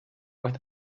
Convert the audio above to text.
with